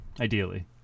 Ideally